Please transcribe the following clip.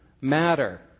matter